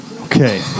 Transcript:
okay